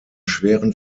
schweren